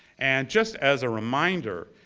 and just as a reminder,